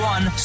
One